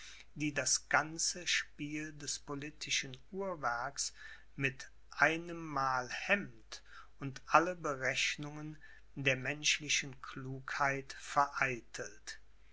die das ganze spiel des politischen uhrwerks mit einemmal hemmt und alle berechnungen der menschlichen klugheit vereitelt